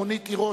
רונית תירוש,